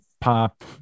pop